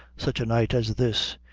such a night as this.